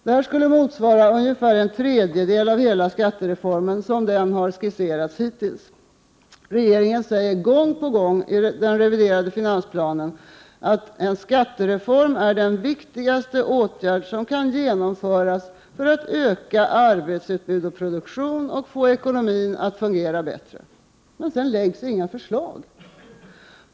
Detta skulle motsvara ungefär en tredjedel av hela skattereformen såsom denna har skisserats hittills. Regeringen säger gång på gång i den reviderade finansplanen att en skattereform är den viktigaste åtgärd som kan vidtas för att öka arbetsutbud och produktion och få ekonomin att fungera bättre. Men inga förslag läggs fram.